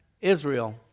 israel